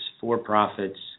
for-profits